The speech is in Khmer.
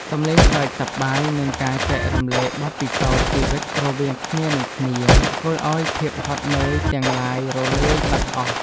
សំឡេងសើចសប្បាយ និងការចែករំលែកបទពិសោធន៍ជីវិតរវាងគ្នានិងគ្នា ធ្វើឱ្យភាពហត់នឿយទាំងឡាយរលាយបាត់អស់។